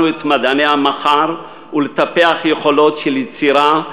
את מדעני המחר ולטפח יכולות של יצירה,